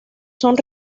son